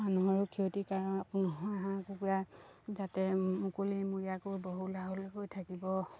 মানুহৰো ক্ষতিকাৰক নহয় হাঁহ কুকুৰা যাতে মুকলিমূৰীয়াকৈ বহল আহলকৈ থাকিব